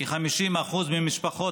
כ-50% מהמשפחות